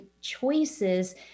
choices